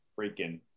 freaking